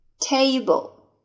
table